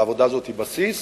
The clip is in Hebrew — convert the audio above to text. והעבודה הזאת היא בסיס,